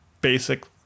basic